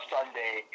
Sunday